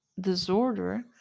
disorder